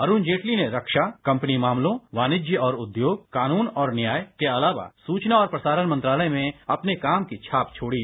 अरुण जेटली ने रक्षा कम्पनी मामलों वाणिज्य और उद्योग कानून और न्याय के अलावा सूचना और प्रसारण मंत्रालय में अपने काम की छाप छोड़ी